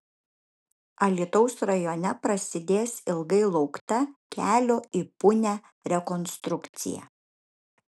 alytaus rajone prasidės ilgai laukta kelio į punią rekonstrukcija